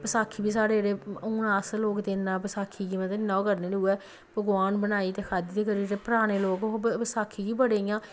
बसाखी बी साड़े जेह्ड़े हून अस लोक ते इन्ना बसाखी गी मतलब इन्ना ओह् करदे नेईं उ'ऐ पकवान बनाऐ ते खाद्धी ते जेह्ड़े पराने लोक हे ओह् बसाखी गी बड़े इ'यां